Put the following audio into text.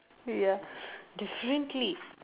ya differently